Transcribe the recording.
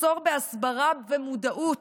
מחסור בהסברה ומודעות,